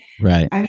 Right